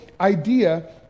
idea